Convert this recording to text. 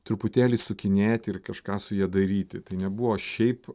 truputėlį sukinėti ir kažką su ja daryti tai nebuvo šiaip